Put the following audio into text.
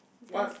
does